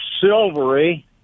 silvery